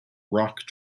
rock